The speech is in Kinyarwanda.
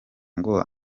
ngo